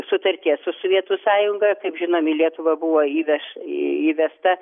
sutarties su sovietų sąjunga kaip žinom į lietuvą buvo įveš įvesta